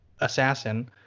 assassin